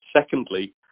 Secondly